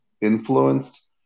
influenced